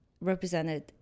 represented